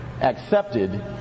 accepted